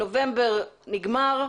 נובמבר נגמר,